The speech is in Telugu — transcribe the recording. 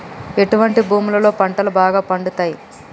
ఎటువంటి భూములలో పంటలు బాగా పండుతయ్?